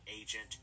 agent